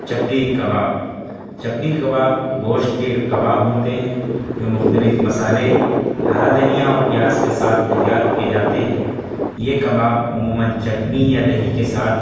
چپلی کباب چپلی کباب گوشت کے ایک کباب ہوتے ہیں جو مختلف مصالحے ہرا دھنیا اور پیاز کے ساتھ تیار کیے جاتے ہیں یہ کباب عموماً چٹنی یا دہی کے ساتھ